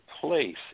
place